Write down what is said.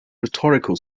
rhetorical